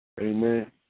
Amen